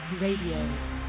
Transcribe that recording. Radio